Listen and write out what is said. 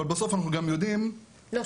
אבל בסוף אנחנו גם יודעים --- לא,